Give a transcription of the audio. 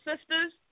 sisters